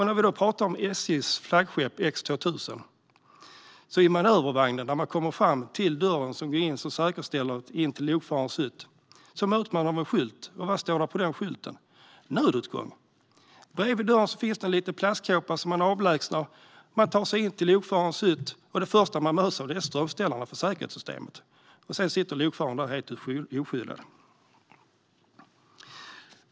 När det gäller SJ:s flaggskepp X 2000 möts man i manövervagnen, när man kommer fram till dörren som går in till lokförarens hytt, av en skylt där det står "Nödutgång". Bredvid dörren finns det en liten plastkåpa som man avlägsnar för att ta sig in till lokförarens hytt. Det första man möts av är strömställarna för säkerhetssystemet. Sedan sitter lokföraren där helt oskyddad.